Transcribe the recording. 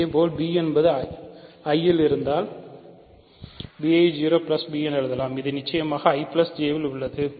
இதேபோல் b என்பது I ல் இருந்தால் b ஐ 0 b என எழுதலாம் இது நிச்சயமாக I J இல் உள்ளது